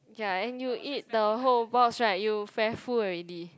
ya and you eat the whole box right you very full already